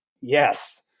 yes